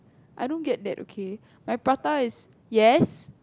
I don't get that okay my prata is yes